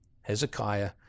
Hezekiah